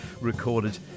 recorded